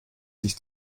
sich